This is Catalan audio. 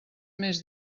més